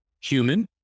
human